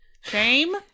shame